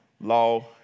Law